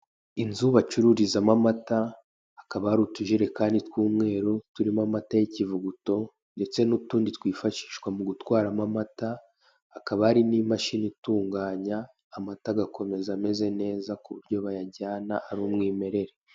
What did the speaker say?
Inzu bacururizamo amata, hakaba hari utujerekani tw'umweru turimo amata y'ikivuguto, ndetse n'utundi twifashishwa mu gutwaramo amata, hakaba hari n'imashini itunganya, amata agakomeza neza kuburyo bayajyana ari umwimerere.